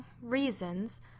reasons